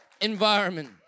environment